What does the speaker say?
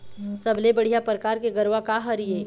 सबले बढ़िया परकार के गरवा का हर ये?